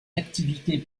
activités